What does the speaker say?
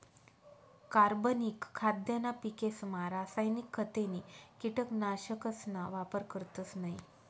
कार्बनिक खाद्यना पिकेसमा रासायनिक खते नी कीटकनाशकसना वापर करतस नयी